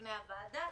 בפני הוועדה.